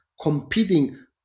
competing